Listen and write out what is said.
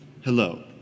Hello